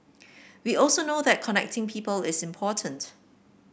we also know that connecting people is important